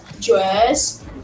dress